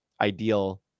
ideal